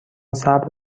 صبر